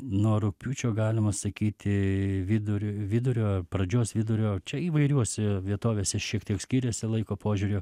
nuo rugpjūčio galima sakyti vidurio vidurio pradžios vidurio čia įvairiuose vietovėse šiek tiek skiriasi laiko požiūriu